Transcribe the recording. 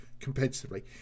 competitively